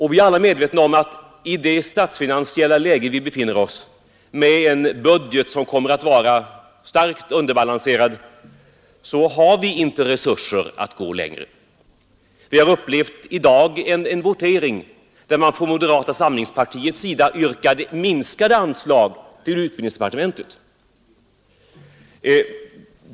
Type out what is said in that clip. Vi är alla medvetna om att i det statsfinansiella läge vi befinner oss i, med en budget som kommer att vara starkt underbalanserad, har vi inte resurser att gå längre. Vi har tidigare i dag upplevt en votering där man från moderata samlingspartiets sida yrkade minskade anslag till utbildningsdepartementet.